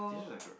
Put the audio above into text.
dishes are gross